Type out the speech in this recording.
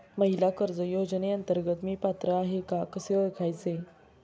महिला कर्ज योजनेअंतर्गत मी पात्र आहे का कसे ओळखायचे?